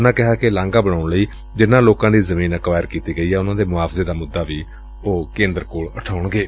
ਉਨਾਂ ਕਿਹਾ ਕਿ ਲਾਘਾ ਬਣਾਉਣ ਲਈ ਜਿਨਾਂ ਲੋਕਾਂ ਦੀ ਜ਼ਮੀਨ ਅਕਵਾਇਰ ਕੀਤੀ ਗਈ ਏ ਉਨਾਂ ਦੇ ਮੁਆਵਜ਼ੇ ਦਾ ਮੁੱਦਾ ਵੀ ਕੇ ਦਰ ਸਰਕਾਰ ਕੋਲ ਉਠਾਉਣਗੇ